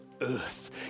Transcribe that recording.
earth